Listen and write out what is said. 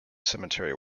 cemetery